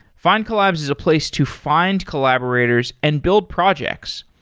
findcollabs is a place to find collaborators and build projects.